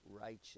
righteous